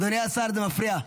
אדוני השר, זה מפריע.